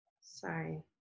Sorry